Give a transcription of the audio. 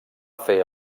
fer